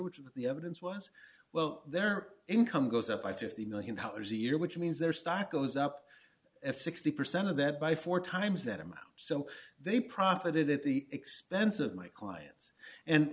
which is what the evidence was well their income goes up by fifty million dollars a year which means their stock goes up sixty percent of that by four times that amount so they profited at the expense of my clients and